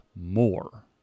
more